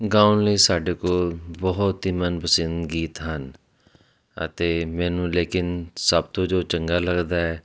ਗਾਉਣ ਲਈ ਸਾਡੇ ਕੋਲ ਬਹੁਤ ਹੀ ਮਨਪਸੰਦ ਗੀਤ ਹਨ ਅਤੇ ਮੈਨੂੰ ਲੇਕਿਨ ਸਭ ਤੋਂ ਜੋ ਚੰਗਾ ਲੱਗਦਾ ਹੈ